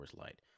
Light